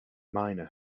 miner